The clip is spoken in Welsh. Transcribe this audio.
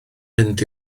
fynd